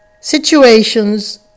situations